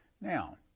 Now